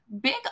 big